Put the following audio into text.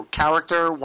character